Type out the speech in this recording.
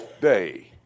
day